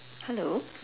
hello